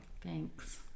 thanks